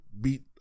beat